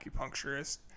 acupuncturist